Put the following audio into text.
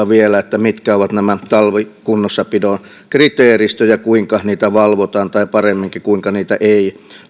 vielä mitkä ovat nämä talvikunnossapidon kriteeristöt ja kuinka niitä valvotaan tai paremminkin kuinka niitä ei